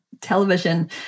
television